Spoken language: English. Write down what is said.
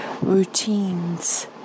routines